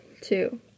Two